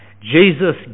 Jesus